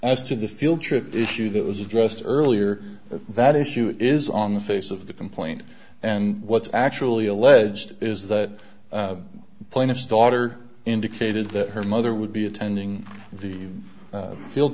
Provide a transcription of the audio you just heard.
the field trip issue that was addressed earlier that issue is on the face of the complaint and what's actually alleged is that plaintiff's daughter indicated that her mother would be attending the field